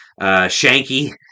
Shanky